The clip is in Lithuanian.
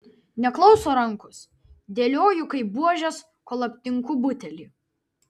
neklauso rankos dėlioju kaip buožes kol aptinku butelį